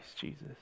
Jesus